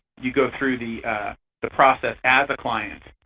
you go through the but process as a client,